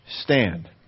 stand